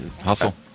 Hustle